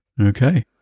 Okay